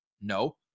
No